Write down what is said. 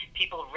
people